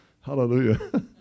hallelujah